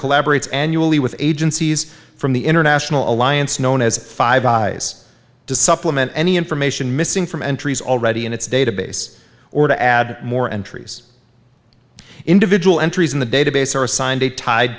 collaborates annually with agencies from the international alliance known as five eyes to supplement any information missing from entries already in its database or to add more entries individual entries in the database are assign